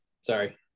Sorry